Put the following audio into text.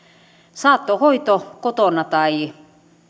saattohoito kotona tai